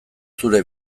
zure